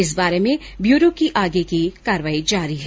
इस बारे में ब्यूरो की आगे की कार्रवाई जारी है